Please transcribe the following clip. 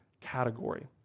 category